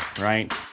right